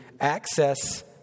access